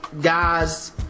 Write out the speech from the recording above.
guys